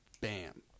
bam